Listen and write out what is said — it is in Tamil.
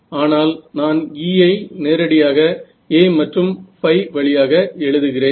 ஆனால் நான் E ஐ நேரடியாக A மற்றும் ϕ வழியாக எழுதுகிறேன்